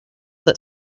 that